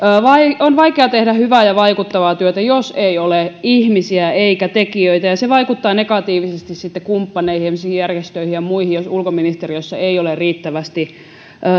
on vaikeaa tehdä hyvää ja vaikuttavaa työtä jos ei ole ihmisiä eikä tekijöitä ja se vaikuttaa sitten negatiivisesti kumppaneihin esimerkiksi järjestöihin ja muihin jos ulkoministeriössä ei ole riittävästi